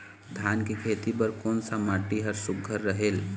धान के खेती बर कोन सा माटी हर सुघ्घर रहेल?